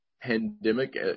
pandemic